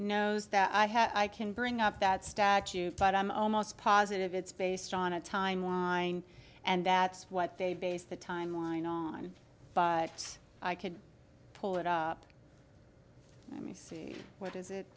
knows that i have i can bring up that statute but i'm almost positive it's based on a timeline and that's what they base the timeline on i could pull it up i mean see what is it